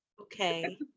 Okay